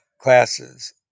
classes